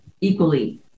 equally